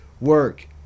work